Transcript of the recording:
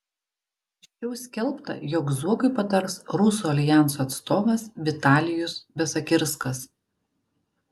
anksčiau skelbta jog zuokui patars rusų aljanso atstovas vitalijus besakirskas